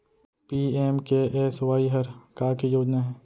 PMKSY हर का के योजना हे?